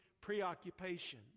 preoccupation